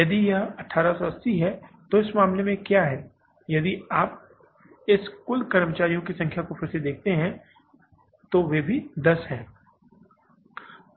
यदि यह 1880 है तो इस मामले में क्या है यदि आप इस कुल कर्मचारियों की संख्या को फिर से देखते हैं तो वे भी 10 हैं